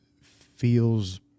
feels